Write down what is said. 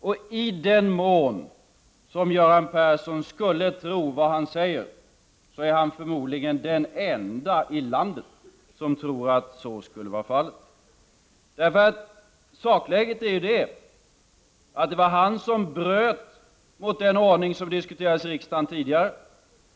Och i den mån Göran Persson skulle tro vad han säger, är han förmodligen den ende i landet som tror att så skulle vara fallet. Sakläget är ju att det var han som bröt mot den ordning som diskuterades i riksdagen tidigare.